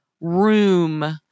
room